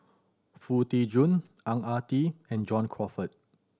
Foo Tee Jun Ang Ah Tee and John Crawfurd